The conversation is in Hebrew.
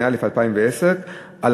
נעבור לבקשה הבאה של